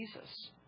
Jesus